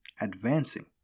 advancing